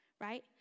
right